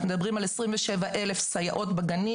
אנחנו מדברים על 27,000 סייעות בגנים.